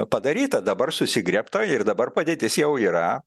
padaryta dabar susigriebta ir dabar padėtis jau yra